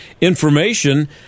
information